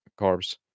carbs